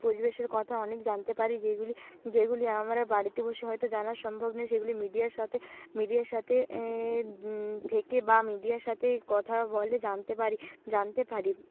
পরিবেশের কথা অনেক জানতে পারি যেইগুলি যেইগুলি আমরা বাড়িতে বসে হয়তো জানা সম্ভব নয় সেইগুলি মিডিয়ার সাথে মিডিয়ার সাথে থেকে বা মিডিয়ার সাথে কথা বলে জানতে পারি জানতে পারি